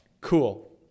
Cool